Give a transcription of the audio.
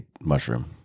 mushroom